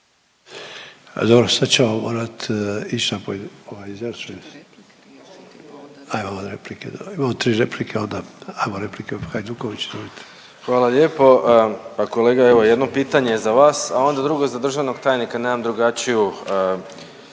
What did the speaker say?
Hvala lijepo. Pa kolega evo jedno pitanje za vas, a onda drugo za državnog tajnika. Nemam drugačiju